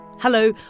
Hello